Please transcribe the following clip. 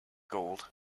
gold